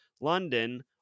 London